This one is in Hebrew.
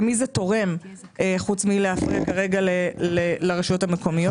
למי זה תורם חוץ מלהפריע כרגע לרשויות המקומיות?